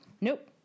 nope